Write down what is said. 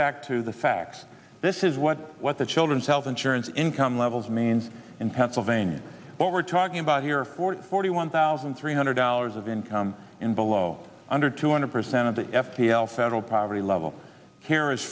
back to the facts this is what what the children's health insurance income levels means in pennsylvania but we're talking about here for forty one thousand three hundred dollars of income and below under two hundred percent of the f t l federal poverty level